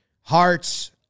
Hearts